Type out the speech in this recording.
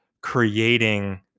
creating